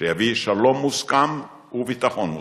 שיביא שלום מוסכם וביטחון מוסכם.